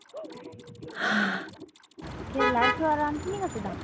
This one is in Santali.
ᱪᱮᱫ ᱞᱟᱡ ᱦᱟᱹᱥᱩᱣᱟᱜ ᱨᱟᱱ ᱛᱤᱱᱟᱹᱜ ᱠᱟᱛᱮ ᱫᱟᱢ